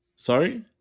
Sorry